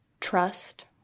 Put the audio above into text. trust